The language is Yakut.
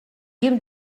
ким